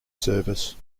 service